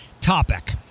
topic